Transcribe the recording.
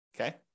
Okay